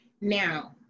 now